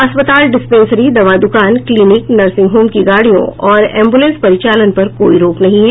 अस्पताल डिस्पेंशरी दवा दुकान क्लीनिक नर्सिंग होम की गाड़ियों और एम्बुलेंस परिचालन पर कोई रोक नहीं है